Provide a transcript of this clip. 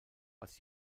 was